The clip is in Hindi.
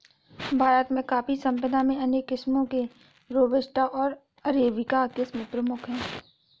भारत में कॉफ़ी संपदा में अनेक किस्मो में रोबस्टा ओर अरेबिका किस्म प्रमुख है